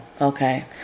Okay